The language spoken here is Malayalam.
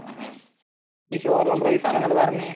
ആ ആ ഈ ഷോറൂം പ്രൈസ് ആണോ നിങ്ങൾ പറഞ്ഞത്